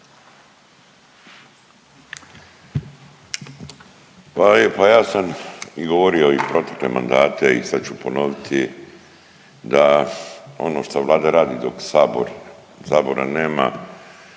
Ja sam i govorio i protekle mandate i sad ću ponoviti da ono što Vlada radi dok sabor,